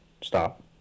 stop